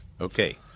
Okay